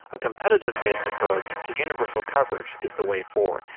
a competitive-based approach to universal coverage is the way forward.